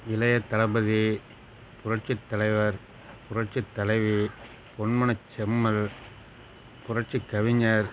இளைய தளபதி புரட்சித் தலைவர் புரட்சித் தலைவி பொன்மனச் செம்மல் புரட்சிக் கவிஞர்